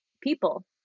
people